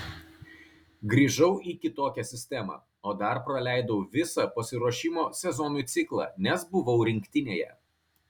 grįžau į kitokią sistemą o dar praleidau visą pasiruošimo sezonui ciklą nes buvau rinktinėje